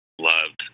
loved